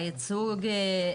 והייצוג,